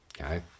okay